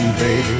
baby